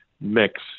mix